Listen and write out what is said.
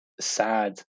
sad